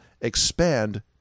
expand